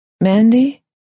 Mandy